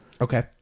Okay